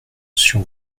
sur